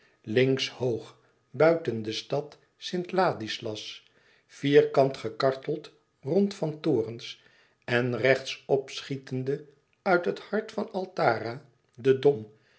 links hoog buiten de stad st ladislas vierkant gekarteld rond van torens en rechts opschietende uit het hart van altara de dom